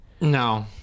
No